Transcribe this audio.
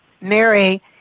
Mary